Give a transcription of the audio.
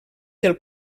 del